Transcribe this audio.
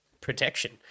Protection